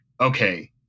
okay